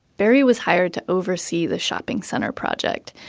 barry was hired to oversee the shopping center project.